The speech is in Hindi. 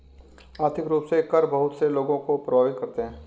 आर्थिक रूप से कर बहुत से लोगों को प्राभावित करते हैं